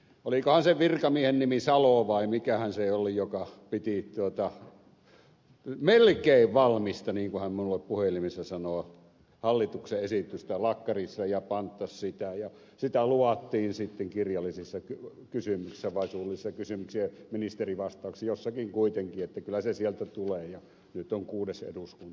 olikohan sen virkamiehen nimi salo vai mikähän se oli joka piti melkein valmista niin kuin hän minulle puhelimessa sanoi hallituksen esitystä plakkarissa ja panttasi sitä ja sitä luvattiin sitten kirjallisissa kysymyksissä vai suullisissa kysymyksissä ministerin vastauksissa jossakin kuitenkin että kyllä se sieltä tulee ja nyt on kuudes eduskunta meneillään